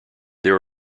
there